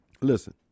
listen